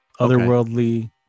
otherworldly